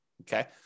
Okay